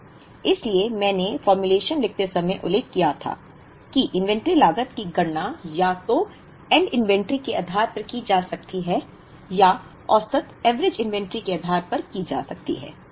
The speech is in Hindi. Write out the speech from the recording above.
इसलिए मैंने फॉर्म्युलेशन लिखते समय उल्लेख किया था कि इन्वेंट्री लागत की गणना या तो एंड इनवेंटरी के आधार पर की जा सकती है या औसत एवरेज इन्वेंट्री के आधार पर की जा सकती है